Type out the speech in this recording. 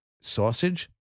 sausage